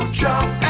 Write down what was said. jump